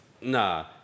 Nah